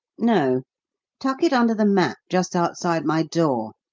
no tuck it under the mat just outside my door.